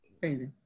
Crazy